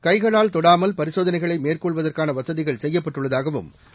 கைகளால் கொடாமல் பரிசோதனைகளை மேற்கொள்வதற்கான வசதிகள் செய்யப்பட்டுள்ளதாகவும் அவர் கூறினார்